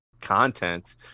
content